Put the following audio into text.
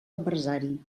adversari